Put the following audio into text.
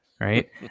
right